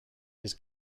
his